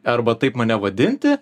arba taip mane vadinti